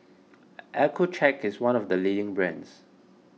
Accucheck is one of the leading brands